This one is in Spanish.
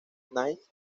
knight